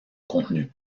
contenu